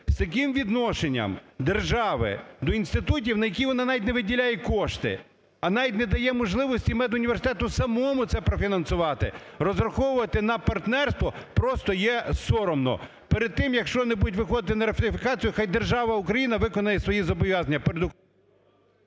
З таким відношенням держави до інститутів, на які вона навіть не виділяє кошти, а навіть не дає можливості медуніверситету самому це профінансувати, розраховувати на партнерство просто є соромно. Перед тим, якщо вони будуть виходити на ратифікацію, хай держава Україна виконає свої зобов'язання